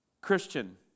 Christian